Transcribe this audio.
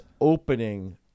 opening